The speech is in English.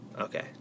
Okay